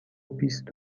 بیست